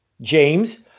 James